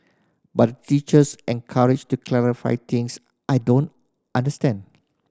but teachers encouraged to clarify things I don't understand